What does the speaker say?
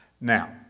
Now